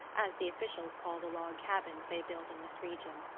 as the officers call the log-cabins they build in this region.